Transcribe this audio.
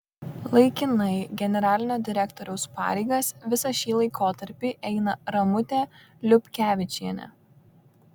laikinai generalinio direktoriaus pareigas visą šį laikotarpį eina ramutė liupkevičienė